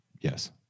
Yes